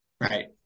right